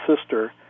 sister